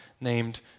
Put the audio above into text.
named